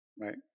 Right